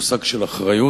היא מושג של אחריות,